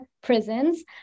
prisons